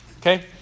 Okay